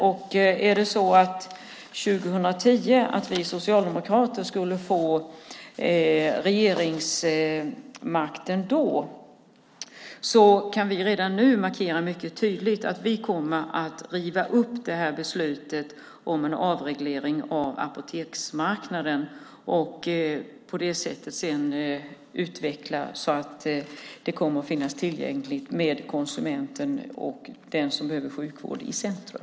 Vi kan redan nu markera mycket tydligt att vi, om vi socialdemokrater skulle få regeringsmakten 2010, kommer att riva upp det här beslutet om en avreglering av apoteksmarknaden och sedan utveckla så att det kommer att finnas tillgänglighet med konsumenten och den som behöver sjukvård i centrum.